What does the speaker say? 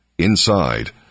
Inside